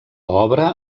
obra